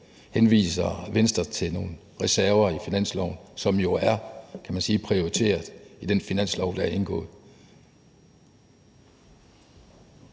henviser Venstre til nogle reserver i finansloven, som jo er prioriteret i den finanslov, der er indgået.